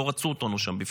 לא רצו אותנו שם בפנים,